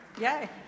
yay